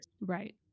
Right